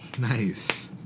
Nice